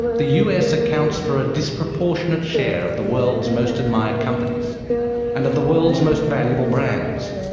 the us accounts for a disproportionate share of the world's most admired companies and of the world's most valuable brands.